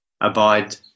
abide